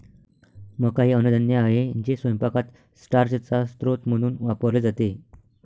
मका हे अन्नधान्य आहे जे स्वयंपाकात स्टार्चचा स्रोत म्हणून वापरले जाते